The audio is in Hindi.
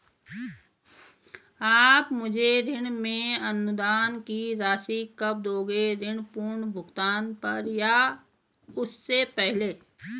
आप मुझे ऋण में अनुदान की राशि कब दोगे ऋण पूर्ण भुगतान पर या उससे पहले?